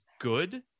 good